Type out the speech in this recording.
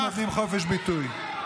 אנחנו נותנים חופש ביטוי.